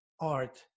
art